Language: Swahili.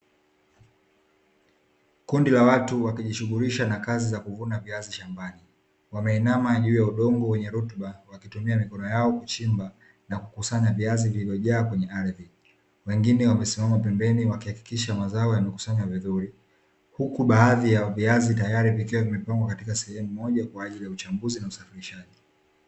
Kundi la watu wakijishughulisha na kazi za kuvuna viazi shambani, wameinama juu ya udongo wenye rutuba, wakitumia mikono yao kuchimba, na kukusanywa viazi vilivyojaa kwenye ardhi. Wengine wamesimama pembeni wakihakikisha mazao yamekusanywa vizuri. Huku baadhi ya viazi tayari vikiwa vimepangwa katika sehemu moja kwa ajili ya uchambuzi na usafirishaji.